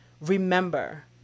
Remember